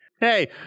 hey